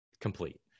complete